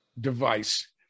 device